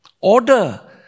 order